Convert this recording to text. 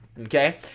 Okay